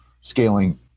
scaling